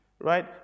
right